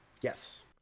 Yes